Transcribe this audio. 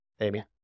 Amy